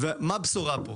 מה הבשורה פה?